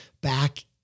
back